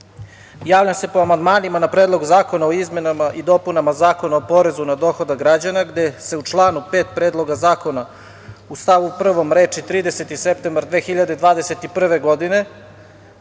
javljam sa po amandmanima na Predlog zakona o izmenama i dopunama Zakona o porezu na dohodak građana, gde se u članu 5. Predloga zakona u stavu prvom reči: „30. septembar 2021. godine“